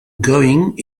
going